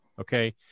Okay